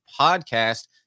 podcast